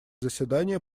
заседание